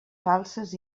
falses